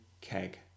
keg